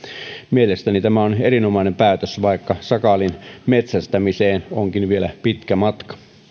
mielestäni tämä on erinomainen päätös vaikka sakaalin metsästämiseen onkin vielä pitkä matka